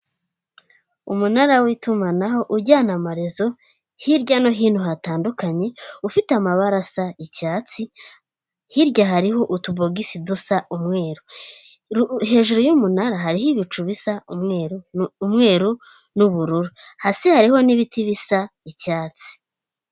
Umunara w'itumanaho ujyana amarezo hirya no hino hatandukanye, ufite amabara asa icyatsi hirya hariho utubogisi dusa umweru hejuru y'umunara hariho ibicu bisa umweru, umweru n'ubururu hasi hariho n'ibiti bisa icyatsi.